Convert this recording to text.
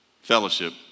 fellowship